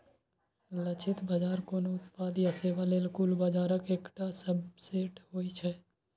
लक्षित बाजार कोनो उत्पाद या सेवा लेल कुल बाजारक एकटा सबसेट होइ छै